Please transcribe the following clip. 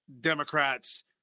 democrats